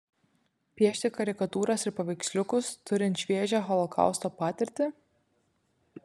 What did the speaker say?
piešti karikatūras ir paveiksliukus turint šviežią holokausto patirtį